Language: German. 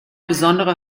besondere